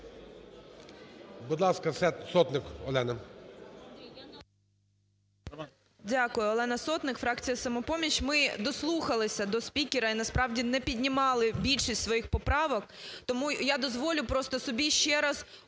13:48:10 СОТНИК О.С. Дякую. Олена Сотник, фракція "Самопоміч". Ми дослухалися до спікера і насправді не піднімали більшість своїх поправок. Тому я дозволю просто собі ще раз